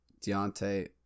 Deontay